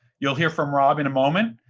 you'll hear from rob in a moment.